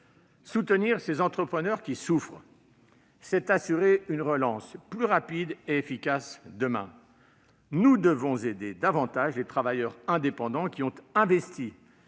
Soutenir ces entrepreneurs qui souffrent, c'est assurer une relance plus rapide et efficace demain. Nous devons aider davantage les travailleurs indépendants, qui, ayant investi